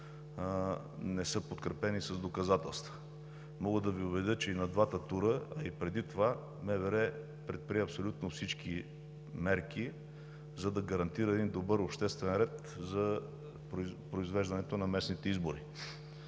не са подкрепени с доказателства. Мога да Ви уверя, че и на двата тура, и преди това МВР предприе абсолютно всички мерки, за да гарантира добър обществен ред за произвеждането на местните избори.